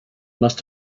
must